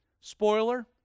Spoiler